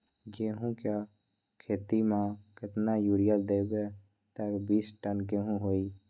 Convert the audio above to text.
गेंहू क खेती म केतना यूरिया देब त बिस टन गेहूं होई?